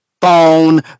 phone